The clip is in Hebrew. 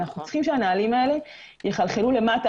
אנחנו צריכים שהנהלים האלה יחלחלו למטה,